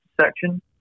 section